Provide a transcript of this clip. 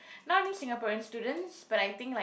not only Singaporean students but I think like